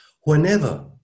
whenever